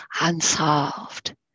unsolved